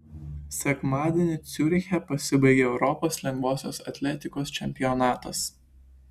sekmadienį ciuriche pasibaigė europos lengvosios atletikos čempionatas